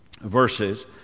verses